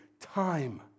time